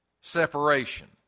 separation